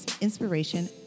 inspiration